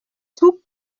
tout